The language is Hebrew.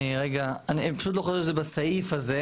אני פשוט לא חושב שזה בסעיף הזה,